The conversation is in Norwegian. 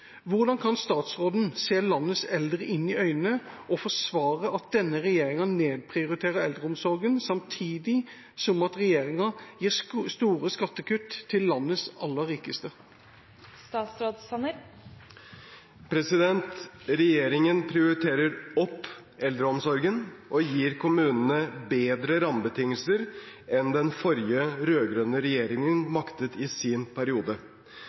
Hvordan kan statsråden se landets eldre inn i øynene og forsvare at denne regjeringa nedprioriterer eldreomsorgen, samtidig som denne regjeringa gir store skattekutt til landets aller rikeste?» Regjeringen prioriterer opp eldreomsorgen og gir kommunene bedre rammebetingelser enn den rød-grønne regjeringen maktet i sin periode.